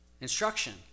instruction